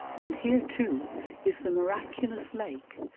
and here too is the miraculous lake,